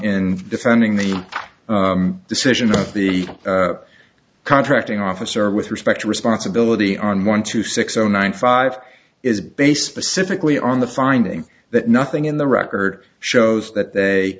in defending the decision of the contracting officer with respect responsibility on one two six zero nine five is base pacifically on the finding that nothing in the record shows that they